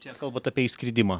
čia kalbat apie išskridimą